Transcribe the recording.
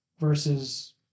versus